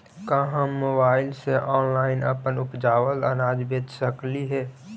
का हम मोबाईल से ऑनलाइन अपन उपजावल अनाज बेच सकली हे?